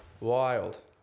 wild